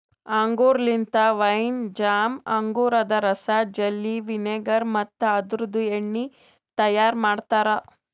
ಅಂಗೂರ್ ಲಿಂತ wine, jam, ಅಂಗೂರದ ರಸ, ಜೆಲ್ಲಿ, ವಿನೆಗರ್ ಮತ್ತ ಅದುರ್ದು ಎಣ್ಣಿ ತೈಯಾರ್ ಮಾಡ್ತಾರ